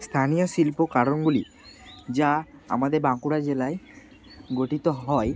স্থানীয় শিল্প কারণগুলি যা আমাদের বাঁকুড়া জেলায় গঠিত হয়